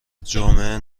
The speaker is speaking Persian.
جامعه